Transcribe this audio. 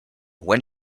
when